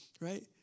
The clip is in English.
right